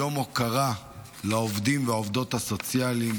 יום הוקרה לעובדים ולעובדות הסוציאליים